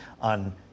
on